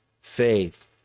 faith